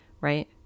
right